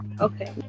okay